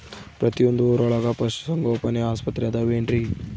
ಪ್ರತಿಯೊಂದು ಊರೊಳಗೆ ಪಶುಸಂಗೋಪನೆ ಆಸ್ಪತ್ರೆ ಅದವೇನ್ರಿ?